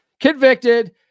convicted